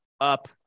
up